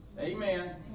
Amen